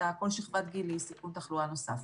כל שכבת היא סיכון תחלואה נוסף.